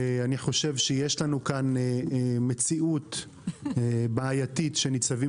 אני חושב שיש לנו כאן מציאות בעייתית שנציבים